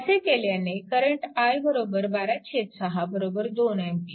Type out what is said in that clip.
असे केल्यास current i 126 2A